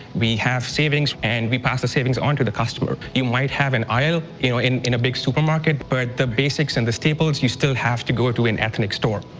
we have savings and we pass the savings on to the customer. you might have an aisle you know in in a big supermarket, but the basics and the staples you still have to go to an ethnic store.